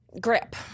Grip